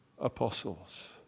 Apostles